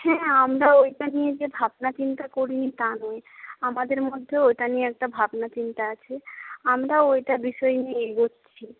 হ্যাঁ আমরাও ওইটা নিয়ে যে ভাবনা চিন্তা করিনি তা নয় আমাদের মধ্যেও ওটা নিয়ে একটা ভাবনা চিন্তা আছে আমরাও ওইটা বিষয় নিয়ে এগোচ্ছি